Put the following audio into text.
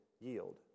yield